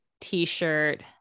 t-shirt